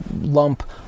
lump